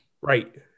Right